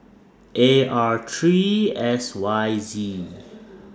A R three S Y Z